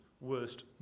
worst